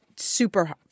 super